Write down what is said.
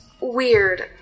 weird